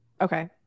Okay